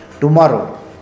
tomorrow